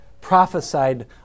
prophesied